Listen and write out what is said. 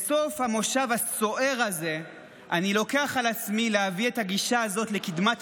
בסוף המושב הסוער הזה אני לוקח על עצמי להביא את הגישה הזאת לקדמת